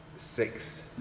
six